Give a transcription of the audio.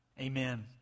Amen